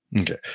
Okay